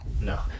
No